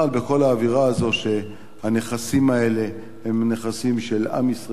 בכל האווירה הזו שהנכסים האלה הם נכסים של עם ישראל,